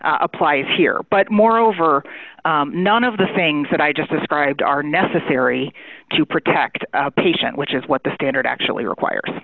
applies here but moreover none of the things that i just described are necessary to protect a patient which is what the standard actually requires